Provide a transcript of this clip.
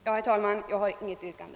Herr talman! Jag har inget yrkande.